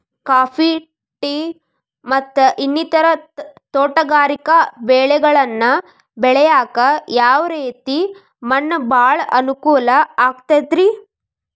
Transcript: Coffee, tea, ಮತ್ತ ಇನ್ನಿತರ ತೋಟಗಾರಿಕಾ ಬೆಳೆಗಳನ್ನ ಬೆಳೆಯಾಕ ಯಾವ ರೇತಿ ಮಣ್ಣ ಭಾಳ ಅನುಕೂಲ ಆಕ್ತದ್ರಿ?